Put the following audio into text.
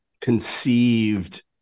conceived